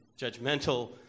judgmental